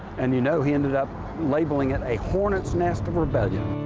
and you know he ended up labeling it a hornet's nest of rebellion.